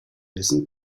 listened